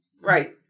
Right